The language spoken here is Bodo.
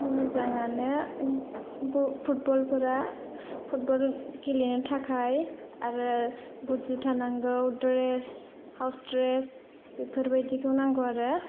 मोजाङानो फुटबलफोरा फुटबल गेलेनो थाखाय आरो बुट जुथा नांगौ द्रेस हाउस द्रेस बेफोरबायदिखौ नांगौ आरो